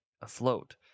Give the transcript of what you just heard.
afloat